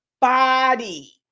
body